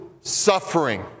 suffering